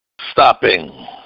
stopping